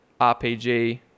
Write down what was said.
RPG